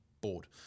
board